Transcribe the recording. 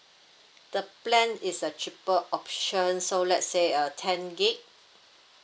the plan is a cheaper option so let's say uh ten gig